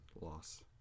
loss